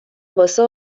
واسه